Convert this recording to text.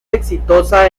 exitosa